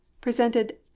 presented